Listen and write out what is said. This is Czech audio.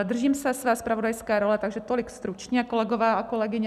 Držím se své zpravodajské role, takže tolik stručně, kolegové a kolegyně.